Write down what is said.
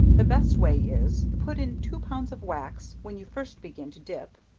the best way is, to put in two pounds of wax, when you first begin to dip,